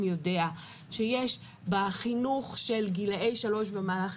יודע שיש בחינוך של גילי שלוש ומעלה,